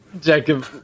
Jacob